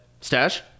stash